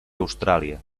austràlia